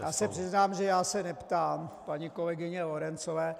Já se přiznám, že já se neptám paní kolegyně Lorencové.